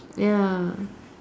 ya